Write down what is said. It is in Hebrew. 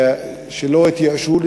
שלא התייאשו,